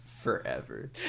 forever